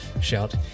shout